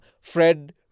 Fred